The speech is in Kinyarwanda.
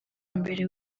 mbere